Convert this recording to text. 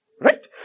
right